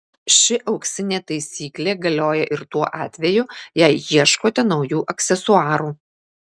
ši auksinė taisyklė galioja ir tuo atveju jei ieškote naujų aksesuarų